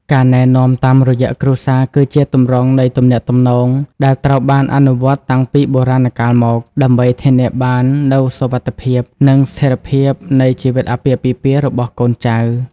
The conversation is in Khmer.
ការណែនាំតាមរយៈគ្រួសារគឺជាទម្រង់នៃទំនាក់ទំនង ដែលត្រូវបានអនុវត្តតាំងពីបុរាណកាលមក ដើម្បីធានាបាននូវសុវត្ថិភាព និងស្ថិរភាពនៃជីវិតអាពាហ៍ពិពាហ៍របស់កូនចៅ។